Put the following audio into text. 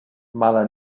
mala